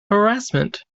harassment